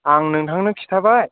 आं नोंथांनो खिथाबाय